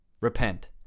Repent